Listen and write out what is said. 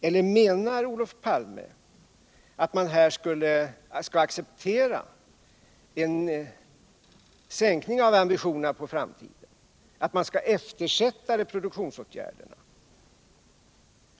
Eller menar Olof Palme att vi skall acceptera en sänkning av ambitionerna för framtiden, att vi skall eftersätta reproduktionsåtgärderna?